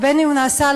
בין שהוא נעשה,